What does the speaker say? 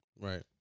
Right